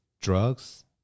drugs